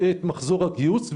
את מחזור הגיוס,